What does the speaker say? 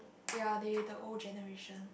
ya they the old generation